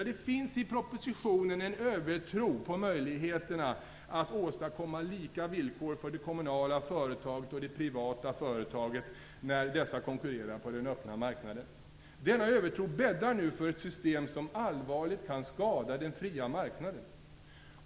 Det finns i propositionen en övertro på möjligheterna att åstadkomma lika villkor för det kommunala företaget och det privata företaget när dessa konkurrerar på den öppna marknaden. Denna övertro bäddar nu för ett system som allvarligt kan skada den fria marknaden.